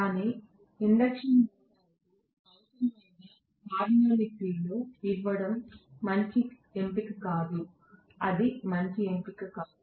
కానీ ఇండక్షన్ మోటారును అనవసరమైన హార్మోనిక్లతో ఇవ్వడం మంచి ఎంపిక కాదు అది మంచి ఎంపిక కాదు